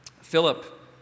Philip